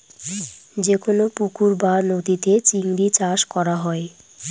যেকোনো পুকুর বা নদীতে চিংড়ি চাষ করা হয়